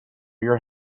your